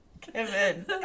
kevin